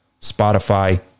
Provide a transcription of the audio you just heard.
Spotify